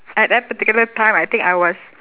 at that particular time I think I was